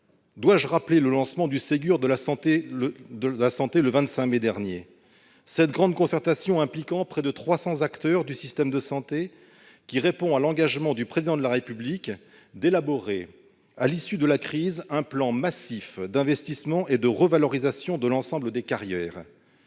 Dois-je rappeler le lancement du Ségur de la santé, le 25 mai dernier ? Cette grande concertation, impliquant près de 300 acteurs du système de santé, répond à l'engagement du Président de la République d'élaborer, à l'issue de la crise, un plan massif d'investissements et de revalorisation de l'ensemble des carrières